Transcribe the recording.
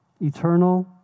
eternal